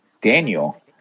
Daniel